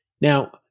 Now